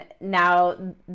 Now